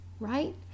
Right